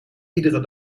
iedere